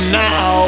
now